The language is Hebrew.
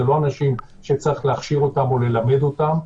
זה לא אנשים שצריך להכשיר אותם או ללמד אותם,